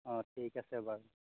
অ' ঠিক আছে বাৰু